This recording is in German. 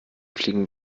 fliegen